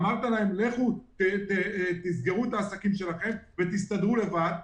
אמרת להם: תסגרו את העסקים שלכם ותסתדרו לבד,